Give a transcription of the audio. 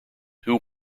who